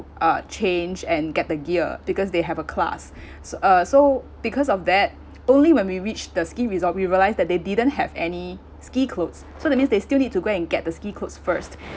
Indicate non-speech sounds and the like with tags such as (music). uh change and get the gear because they have a class (breath) so uh so because of that only when we reached the ski resort we realise that they didn't have any ski clothes so that means they still need to go and get the ski clothes first (breath)